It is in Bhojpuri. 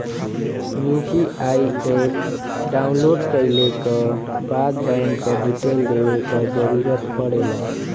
यू.पी.आई एप डाउनलोड कइले क बाद बैंक क डिटेल देवे क जरुरत पड़ेला